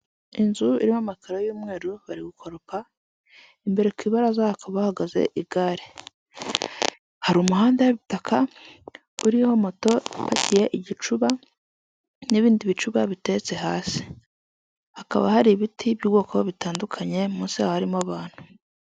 Inzu irimo amakara y'umweru bari gukoropa, imbere ku ibaraza hakaba hahagaze igare. Hari umuhanda w'ibitaka, uriho moto ipakiye igicuba n'ibindi bicuba bitetse hasi, hakaba hari ibiti by'ubwoko bitandukanye, munsi yaho harimo abantu.